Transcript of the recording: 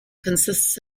consists